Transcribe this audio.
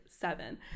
seven